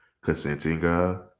consenting